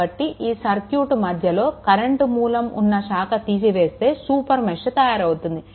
కాబట్టి ఈ సర్క్యూట్ మధ్యలో కరెంట్ మూలం ఉన్న శాఖను తీసివేస్తే సూపర్ మెష్ తయారు అవుతుంది